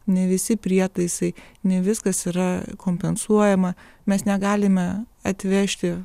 ne visi prietaisai ne viskas yra kompensuojama mes negalime atvežti